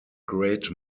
great